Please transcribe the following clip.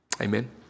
Amen